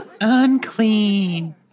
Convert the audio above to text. unclean